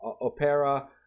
opera